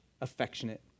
affectionate